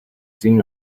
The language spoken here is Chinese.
金融